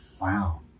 wow